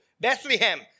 bethlehem